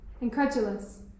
Incredulous